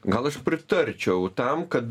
gal aš pritarčiau tam kad